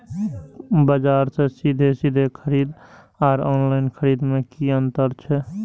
बजार से सीधे सीधे खरीद आर ऑनलाइन खरीद में की अंतर छै?